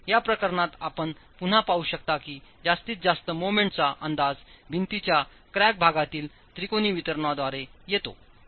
तर या प्रकरणात आपण पुन्हा पाहू शकता की जास्तीत जास्त मोमेंट चा अंदाजभिंतीच्या क्रॅक भागातील त्रिकोणी वितरणाद्वारेयेतो